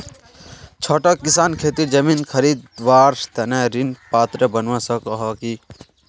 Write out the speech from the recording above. छोटो किसान खेतीर जमीन खरीदवार तने ऋण पात्र बनवा सको हो कि?